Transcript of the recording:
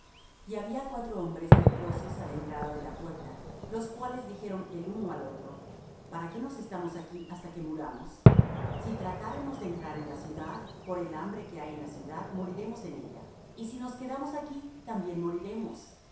y había cuatro hombres leprosos á la entrada de la puerta los cuales dijeron el uno al otro para qué nos estamos aquí hasta que muramos si tratáremos de entrar en la ciudad por el hambre que hay en la ciudad moriremos en ella y si nos quedamos aquí también moriremos